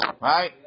Right